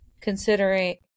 considering